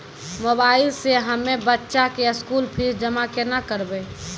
Mobile से हम्मय बच्चा के स्कूल फीस जमा केना करबै?